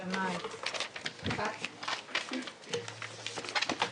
מבחינתי זאת ראייה.